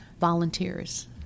volunteers